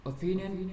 Opinion